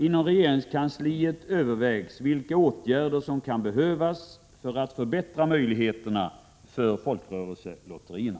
Inom regeringskansliet övervägs vilka åtgärder som kan behövas för att förbättra möjligheterna för folkrörelselotterierna.